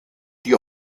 die